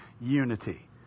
unity